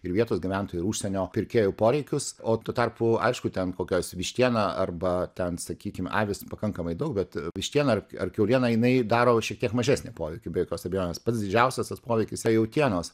ir vietos gyventojų ir užsienio pirkėjų poreikius o tuo tarpu aišku ten kokias vištiena arba ten sakykim avys pakankamai daug bet vištiena ar kiauliena jinai daro va šiek tiek mažesnį poveikį be jokios abejonės pats didžiausias poveikis jautienos